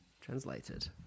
translated